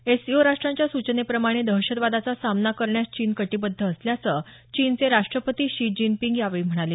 SCO राष्ट्रांच्या सूचनेप्रमाणे दहशतवादाचा सामना करण्यास चीन कटीबद्ध असल्याचं चीनचे राष्टपती शी जिनपिंग यावेळी म्हणाले